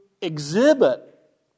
exhibit